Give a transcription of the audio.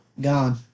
gone